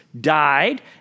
died